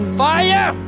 fire